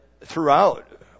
throughout